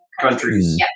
countries